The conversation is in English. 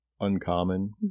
uncommon